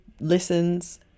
listens